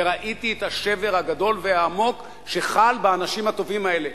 וראיתי את השבר הגדול והעמוק שחל באנשים הטובים האלה,